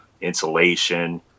insulation